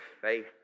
faith